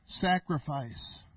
sacrifice